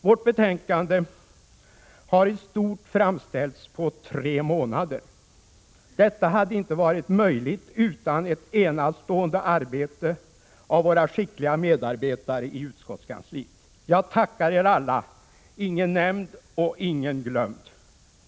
Vårt betänkande har i stort framställts på tre månader. Detta hade inte varit möjligt utan ett enastående arbete av våra skickliga medarbetare i utskottskansliet. Jag tackar er alla — ingen nämnd, ingen glömd.